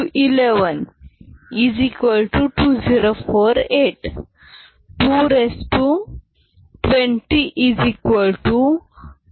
2 kilo म्हणजे 211 2048